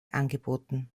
angeboten